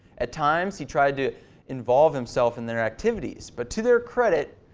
at times, he tried to involved himself in their activities, but to their credit.